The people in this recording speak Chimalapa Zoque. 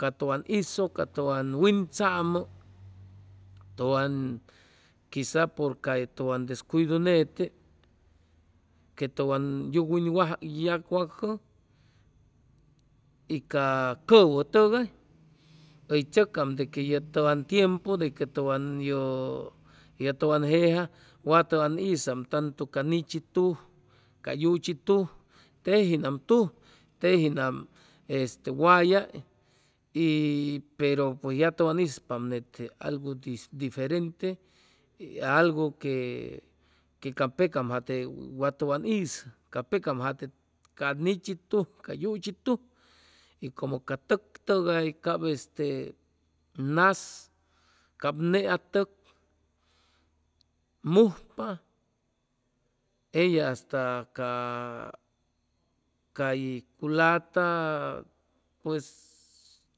Ca tʉwan hizʉ ca tʉwan wintzamʉ tʉwan quiza por ca tʉwn descuidu nete que tʉwan yugwinwacʉ y ca cʉwʉ tʉgay hʉy chʉcam de tʉwan tiempu de que tʉwan yʉ tʉwan jeja wat tʉwan hizam tantu ca nichi tuj ca yuchi tuj tejianam tuj tejianm wayay y pero pues ya tʉwan hispaam nete algu diferente algu que que ca pecam jate wa tʉwan hizʉ ca pecam jate ca nichi tuj ca yuchi tuj y como ca tʉk tʉgay y cap este naz cap nea tʉk mujpa ella hasta ca cay culata pues